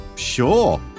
Sure